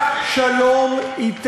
עמיתי